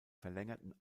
verlängerten